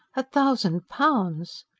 a thousand pounds!